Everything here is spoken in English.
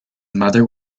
mother